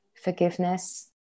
forgiveness